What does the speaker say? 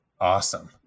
awesome